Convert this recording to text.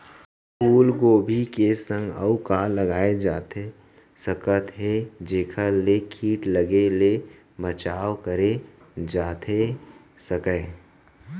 फूलगोभी के संग अऊ का लगाए जाथे सकत हे जेखर ले किट लगे ले बचाव करे जाथे सकय?